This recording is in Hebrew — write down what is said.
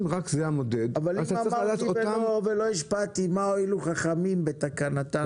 אם אמרתי ולא השפעתי מה הועילו חכמים בתקנתם?